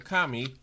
Kami